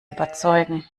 überzeugen